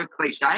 cliche